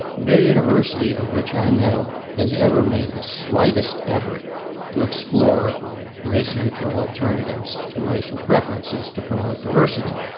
no university of which i know has ever made the slightest effort to explore race neutral alternatives to racial pre ferences to promote diversity.